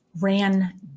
ran